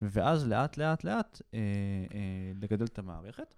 ואז לאט לאט לאט נגדל את המערכת.